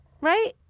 Right